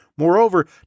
Moreover